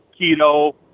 keto